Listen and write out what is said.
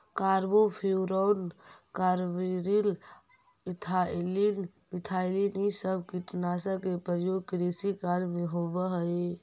carbofuran, carbaryl, ethylene, methylene इ सब कीटनाशक के प्रयोग कृषि कार्य में होवऽ हई